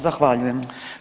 Zahvaljujem.